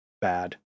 bad